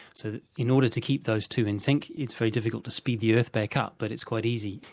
so in order to keep those two in sync it's very difficult to speed the earth back up, but it's quite easy,